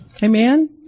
Amen